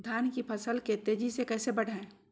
धान की फसल के तेजी से कैसे बढ़ाएं?